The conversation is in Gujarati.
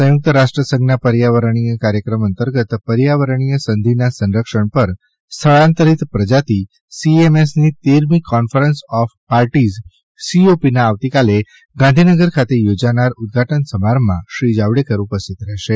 સંયુક્ત રાષ્ટ્રસંઘના પર્યાવરણીય કાર્યક્રમ અંતર્ગત પર્યાવરણીય સંધિના સંરક્ષણ પર સ્થળાંતરીત પ્રજાતિ સીએમએસ ની તેરમી કોન્ફરન્સ ઓફ પાર્ટીઝ સીઓપીના આવતીકાલે ગાંધીનગર ખાતે યોજાનાર ઉદ્દઘાટન સમારંભમાં શ્રી જાવડેકર ઉપસ્થિત રહેશે